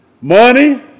Money